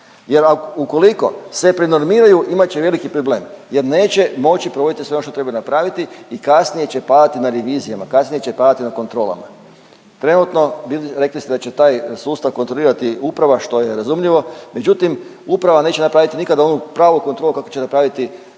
Jer ukoliko se prenormiraju imat će veliki problem, jer neće moći provoditi sve ono što trebaju napraviti i kasnije će padati na revizijama, kasnije će padati na kontrolama. Trenutno rekli ste da će taj sustav kontrolirati uprava što je razumljivo, međutim uprava neće napraviti nikada onu pravu kontrolu kakvu će napraviti neka